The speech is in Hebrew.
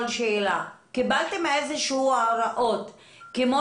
קיבלתם איזשהן הוראות של משרד הבריאות כמו